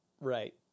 Right